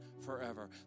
forever